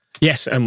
Yes